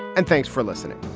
and thanks for listening